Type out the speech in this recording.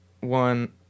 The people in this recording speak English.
one